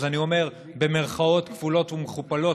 אז אני אומר במירכאות כפולות ומכופלות.